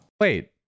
Wait